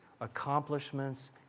accomplishments